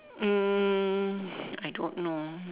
um I don't know